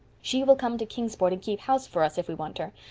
she will come to kingsport and keep house for us if we want her,